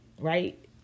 right